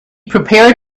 prepared